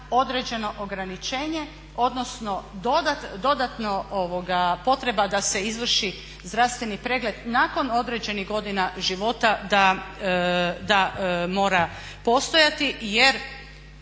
određeno ograničenje, odnosno dodatna potreba da se izvrši zdravstveni pregled nakon određenih godina života da mora postojati jer